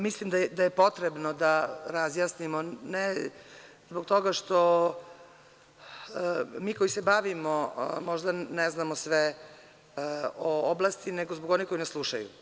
Mislim da je potrebno da razjasnimo, ne zbog toga što mi koji se bavimo možda ne znamo sve oblasti, nego zbog onih koji nas slušaju.